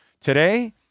Today